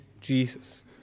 Jesus